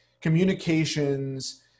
communications